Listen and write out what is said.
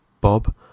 Bob